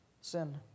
sin